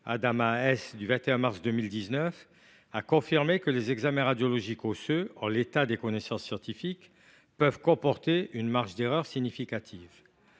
(QPC) du 21 mars 2019, a confirmé que les examens radiologiques osseux, en l’état des connaissances scientifiques, peuvent comporter une marge d’erreur significative.